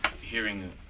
hearing